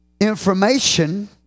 information